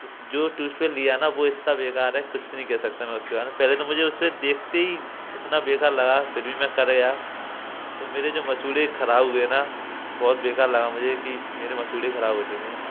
इस जो टूसपे लिया न वो इतना बेकार है कुछ नहीं कह सकता मैं उसके बारे में पहले तो मुझे उसे देखते ही इतना बेकार लगा फिर भी मैं किया तो मेरे जो मसूड़े खराब हुए ना बहुत बेकार लगा मुझे कि मेरे मसूड़े खराब हो चुके हैं